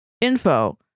info